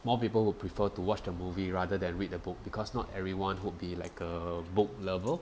more people will prefer to watch the movie rather than read the book because not everyone would be like a book lover